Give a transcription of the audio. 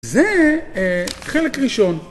זה חלק ראשון.